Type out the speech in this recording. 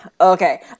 Okay